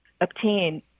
obtain